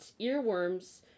earworms